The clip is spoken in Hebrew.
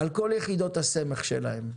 על כל יחידות הסמך שלהם.